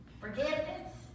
forgiveness